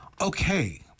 Okay